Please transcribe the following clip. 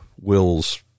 Will's